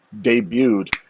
debuted